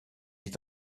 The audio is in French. est